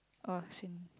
oh same